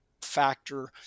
factor